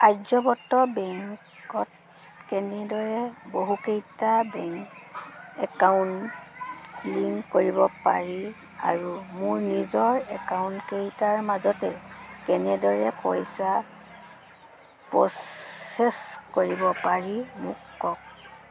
আৰ্যব্ৰত বেংকত কেনেদৰে বহুকেইটা বেংক একাউণ্ট লিংক কৰিব পাৰি আৰু মোৰ নিজৰ একাউণ্টকেইটাৰ মাজতে কেনেদৰে পইচা প্ৰ'চেছ কৰিব পাৰি মোক কওক